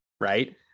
Right